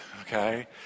Okay